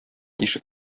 ишек